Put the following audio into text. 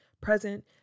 present